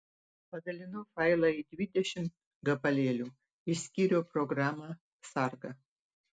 padalinau failą į dvidešimt gabalėlių išskyriau programą sargą